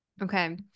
Okay